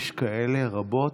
יש כאלה רבות.